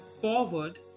forward